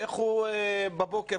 איך הוא קם בבוקר